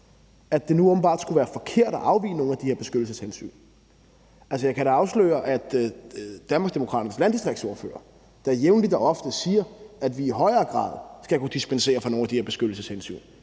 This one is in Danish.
at det nu åbenbart skulle være forkert at afvige fra nogle af de her beskyttelseshensyn. Altså, jeg kan da afsløre, at Danmarksdemokraternes landdistriktsordfører da jævnligt og ofte siger, at vi i højere grad skal kunne dispensere fra nogle af de her beskyttelseshensyn